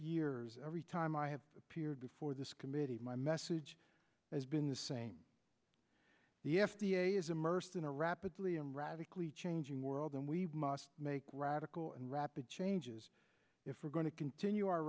years every time i have appeared before this committee my message has been the same the f d a is immersed in a rapidly and radically changing world and we must make radical and rapid changes if we're going to continue our